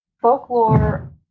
folklore